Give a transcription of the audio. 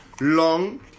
long